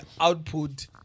output